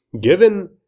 given